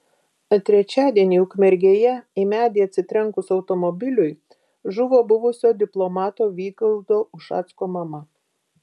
trečiadienį ukmergėje į medį atsitrenkus automobiliui žuvo buvusio diplomato vygaudo ušacko mama